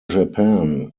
japan